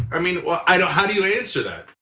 i mean, well, i don't how do you answer that?